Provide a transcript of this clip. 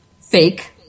fake